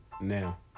now